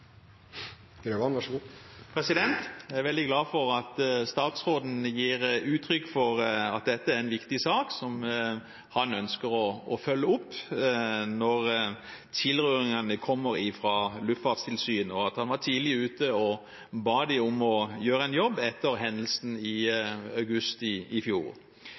veldig glad for at statsråden gir uttrykk for at dette er en viktig sak, som han ønsker å følge opp når tilrådingene kommer fra Luftfartstilsynet, og at han var tidlig ute og ba dem om å gjøre en jobb etter hendelsen i august i fjor.